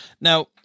Now